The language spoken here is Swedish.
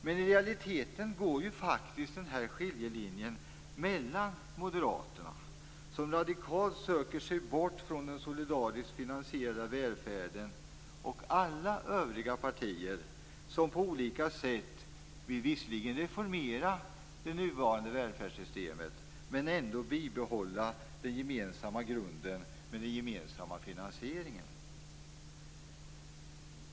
Men i realiteten går faktiskt den här skiljelinjen mellan Moderaterna, som radikalt söker sig bort från den solidariskt finansierade välfärden, och alla övriga partier, som på olika sätt visserligen vill reformera det nuvarande välfärdssystemet men ändå bibehålla den gemensamma grunden med den gemensamma finansieringen.